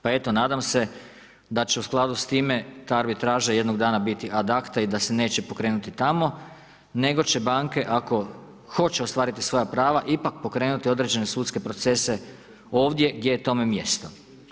Pa eto, nadam se da će u skladu s time ta arbitraža jednog dana biti ad acta i da se neće pokrenuti tamo nego će banke ako hoće ostvariti svoja prava ipak pokrenuti određene sudske procese ovdje gdje je tome mjesto.